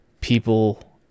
people